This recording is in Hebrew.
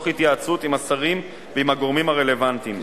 בהתייעצות עם השרים ועם הגורמים הרלוונטיים.